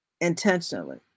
intentionally